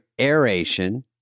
aeration